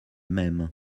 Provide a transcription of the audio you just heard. m’aime